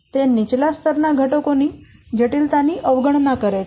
તે નીચલા સ્તર ના ઘટકો ની જટિલતા ની અવગણના કરે છે